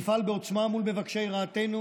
נפעל בעוצמה מול מבקשי רעתנו,